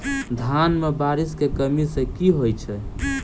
धान मे बारिश केँ कमी सँ की होइ छै?